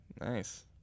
Nice